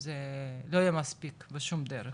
זה לא יהיה מספיק, בשום דרך,